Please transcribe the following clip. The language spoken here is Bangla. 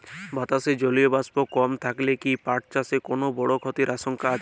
বাতাসে জলীয় বাষ্প কম থাকলে কি পাট চাষে কোনো বড় ক্ষতির আশঙ্কা আছে?